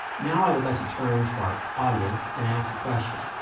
now, i would like to turn to our audience and ask a question.